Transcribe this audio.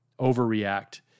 overreact